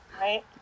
Right